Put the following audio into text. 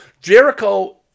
Jericho